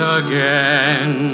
again